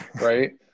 right